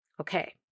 Okay